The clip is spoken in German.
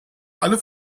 alle